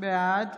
בעד